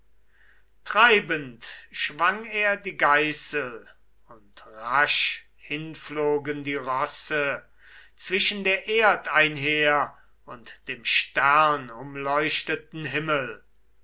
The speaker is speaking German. treibend schwang sie die geißel und rasch hinflogen die rosse zwischen der erd einher und dem sternumleuchteten himmel